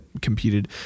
competed